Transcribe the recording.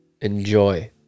enjoy